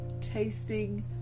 tasting